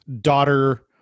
daughter